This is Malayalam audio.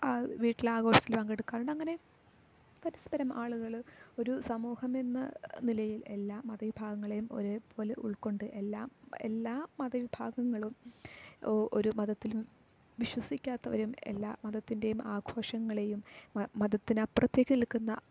ആ വീട്ടിൽ ആഘോഷത്തിൽ പങ്കെടുക്കാറുണ്ട് അങ്ങനെ പരസ്പരം ആളുകൾ ഒരു സമൂഹമെന്ന നിലയിൽ എല്ലാം മത വിഭാഗങ്ങളെയും ഒരേപോലെ ഉൾക്കൊണ്ട് എല്ലാം എല്ലാ മതവിഭാഗങ്ങളും ഒ ഒരു മതത്തിലും വിശ്വസിക്കാത്തവരും എല്ലാ മതത്തിൻ്റെയും ആഘോഷങ്ങളെയും മതത്തിൽ നിന്ന് അപ്പുറത്തേക്ക് നിൽക്കുന്ന